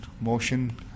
motion